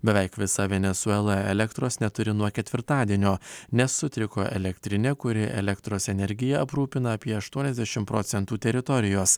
beveik visa venesuela elektros neturi nuo ketvirtadienio nesutriko elektrinė kuri elektros energija aprūpina apie aštuoniasdešim procentų teritorijos